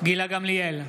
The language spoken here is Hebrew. גילה גמליאל,